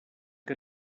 que